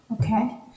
okay